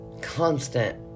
constant